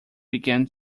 began